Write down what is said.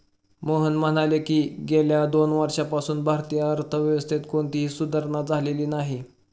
मोहन म्हणाले की, गेल्या दोन वर्षांपासून भारतीय अर्थव्यवस्थेत कोणतीही सुधारणा झालेली नाही